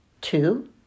Two